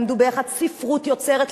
למדו ביחד כתיבה יוצרת,